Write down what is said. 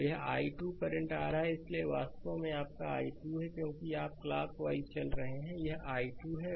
तो यह i2 current आ रहा है इसलिए यह वास्तव में आपका i2 है क्योंकि आप क्लॉक वाइज चल रहे हैं यह i2 है